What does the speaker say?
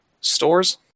stores